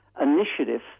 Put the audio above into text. initiative